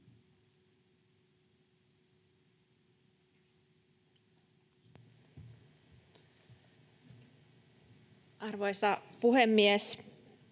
Arvoisa puhemies!